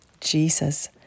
Jesus